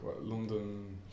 London